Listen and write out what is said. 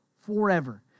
forever